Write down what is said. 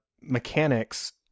mechanics